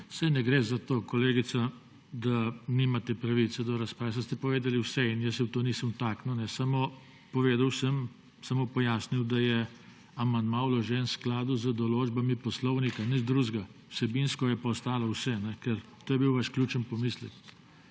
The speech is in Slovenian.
Saj ne gre za to, kolegica, da nimate pravice do razprave. Saj ste povedali vse in jaz se v to nisem vtaknil. Samo povedal sem, samo pojasnil, da je amandma vložen v skladu z določbami poslovnika, nič drugega. Vsebinsko je pa ostalo vse, ker to je bil vaš ključni pomislek.